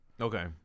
Okay